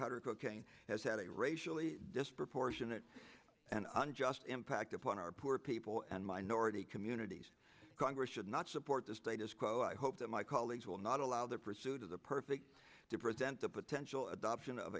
powder cocaine has had a racially disproportionate and unjust impact upon our poor people and minority communities congress should not support the status quo i hope that my colleagues will not allow their pursuit of the perfect to present the potential adoption of